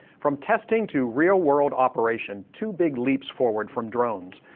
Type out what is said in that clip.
from testing to real world operation two big leaps forward from drones.